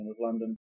London